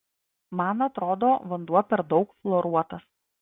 man atrodo vanduo per daug chloruotas